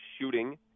shooting